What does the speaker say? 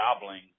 gobbling